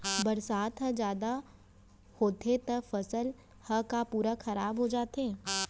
बरसात ह जादा होथे त फसल ह का पूरा खराब हो जाथे का?